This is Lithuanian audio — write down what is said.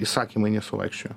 įsakymai nesuvaikščiojo